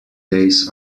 days